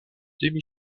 demi